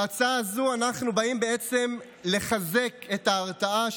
בהצעה הזו אנחנו באים בעצם לחזק את ההרתעה,